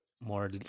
more